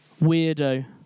weirdo